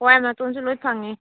ꯍꯋꯥꯏ ꯃꯇꯣꯟꯁꯨ ꯂꯣꯏ ꯐꯪꯏ